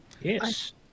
Yes